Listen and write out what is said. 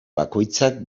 bakoitzak